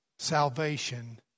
Salvation